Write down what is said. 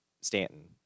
Stanton